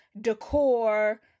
decor